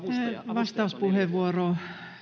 vastauspuheenvuoro